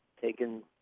taken